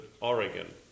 Oregon